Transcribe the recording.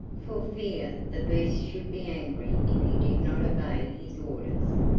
for fear the beast should be angry if he did not obey his orders.